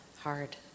hard